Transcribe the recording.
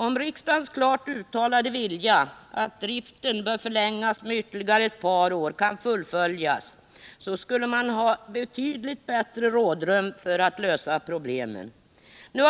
Om riksdagens klart uttalade vilja att driften bör förlängas med ytterligare ett par år kunde fullföljas, skulle man få betydligt bättre rådrum för att lösa problemen. Nu har